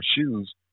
shoes